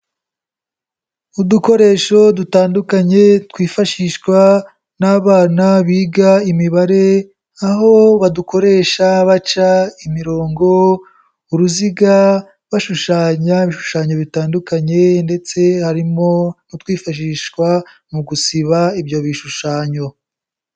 Udukoresho dutandukanye twifashishwa n'abana biga imibare aho badukoresha baca imirongo, uruziga, bashushanya ibishushanyo bitandukanye ndetse harimo n'utwifashishwa mu gusiba ibyo bishushanyo.